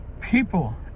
people